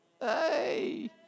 hey